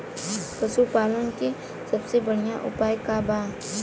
पशु पालन के सबसे बढ़ियां उपाय का बा?